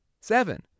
Seven